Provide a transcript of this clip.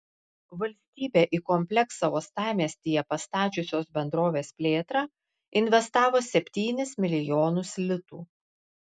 valstybė į kompleksą uostamiestyje pastačiusios bendrovės plėtrą investavo septynis milijonus litų